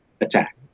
attack